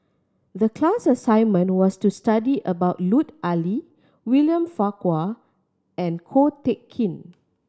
the class assignment was to study about Lut Ali William Farquhar and Ko Teck Kin